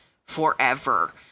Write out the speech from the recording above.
forever